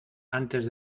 antes